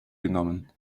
genommen